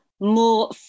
more